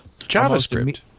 JavaScript